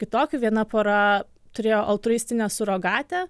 kitokiu viena pora turėjo altruistinę surogatę